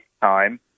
time